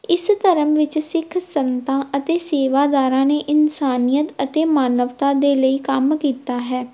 ਇਸ ਧਰਮ ਵਿੱਚ ਸਿੱਖ ਸੰਤਾਂ ਅਤੇ ਸੇਵਾਦਾਰਾਂ ਨੇ ਇਨਸਾਨੀਅਤ ਅਤੇ ਮਾਨਵਤਾ ਦੇ ਲਈ ਕੰਮ ਕੀਤਾ ਹੈ